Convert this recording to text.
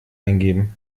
eingeben